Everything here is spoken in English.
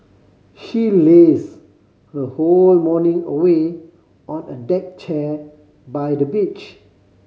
she lazed her whole morning away on a deck chair by the beach